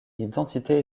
identité